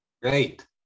great